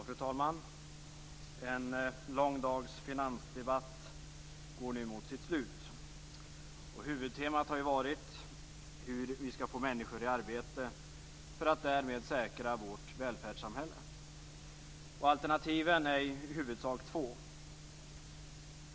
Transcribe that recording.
Fru talman! En lång dags finansdebatt går nu mot sitt slut. Huvudtemat har varit hur vi skall få människor i arbete för att därmed säkra vårt välfärdssamhälle. Alternativen är i huvudsak två.